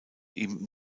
ihm